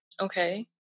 Okay